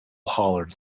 hollered